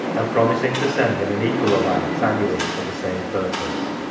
and promising to send him an equal allowance annually for the same purpose.